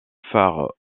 phares